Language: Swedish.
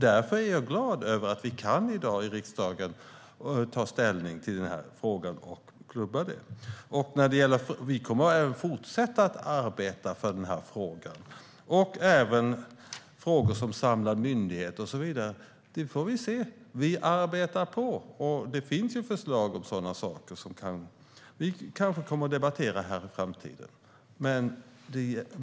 Därför är jag glad över att vi i dag i riksdagen kan ta ställning till frågan och klubba det här förslaget. Vi kommer också att fortsätta att arbeta för den här frågan samt frågor som samlar myndigheter och så vidare. Vi får se. Vi arbetar på. Det finns förslag om sådana saker som vi kanske kommer att debattera här i framtiden.